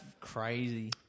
crazy